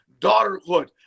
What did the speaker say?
daughterhood